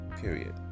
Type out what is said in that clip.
period